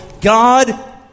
God